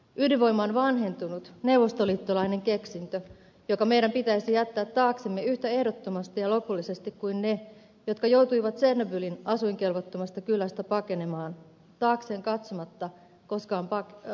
ydinvoima on vanhentunut neuvostoliittolainen keksintö joka meidän pitäisi jättää taaksemme yhtä ehdottomasti ja lopullisesti kuin ne jotka joutuivat tsernobylin asuinkelvottomasta kylästä pakenemaan taakseen katsomatta koskaan palaamatta